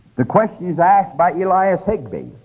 the question is asked by elias higbee,